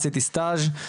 עשיתי סטאז',